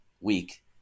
week